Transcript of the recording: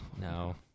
No